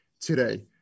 today